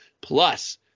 Plus